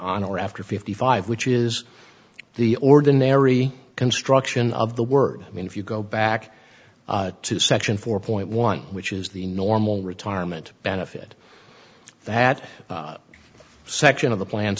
on or after fifty five which is the ordinary construction of the word i mean if you go back to section four point one which is the normal retirement benefit that section of the plan